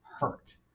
hurt